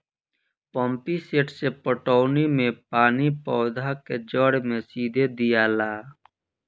pump set से पटौनी मे पानी पौधा के जड़ मे सीधे दियाला